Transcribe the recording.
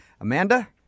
Amanda